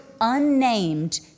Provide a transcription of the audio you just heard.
unnamed